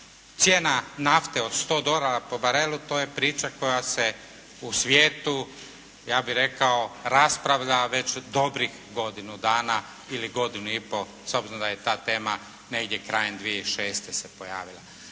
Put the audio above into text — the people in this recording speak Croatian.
Cijena nafte od 100 dolara po barelu to je priča koja se u svijetu ja bih rekao raspravlja već dobrih godinu dana ili godinu i pol s obzirom da je ta tema negdje krajem 2006. se pojavila.